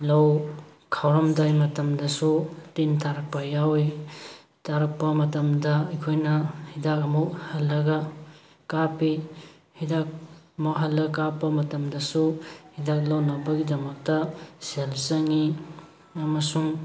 ꯂꯧ ꯈꯥꯎꯔꯝꯗꯥꯏ ꯃꯇꯝꯗꯁꯨ ꯇꯤꯟ ꯇꯥꯔꯛꯄ ꯌꯥꯎꯋꯤ ꯇꯥꯔꯛꯄ ꯃꯇꯝꯗ ꯑꯩꯈꯣꯏꯅ ꯍꯤꯗꯥꯛ ꯑꯃꯨꯛ ꯍꯜꯂꯒ ꯀꯥꯞꯄꯤ ꯍꯤꯗꯥꯛ ꯑꯃꯨꯛ ꯍꯜꯂ ꯀꯥꯞꯄ ꯃꯇꯝꯗꯁꯨ ꯍꯤꯗꯥꯛ ꯂꯧꯅꯕꯒꯤꯗꯃꯛꯇ ꯁꯦꯜ ꯆꯧꯉꯤ ꯑꯃꯁꯨꯡ